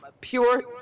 pure